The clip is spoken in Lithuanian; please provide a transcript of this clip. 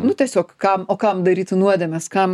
nu tiesiog kam o kam daryti nuodėmes kam